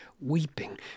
weeping